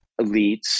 elites